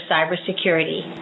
Cybersecurity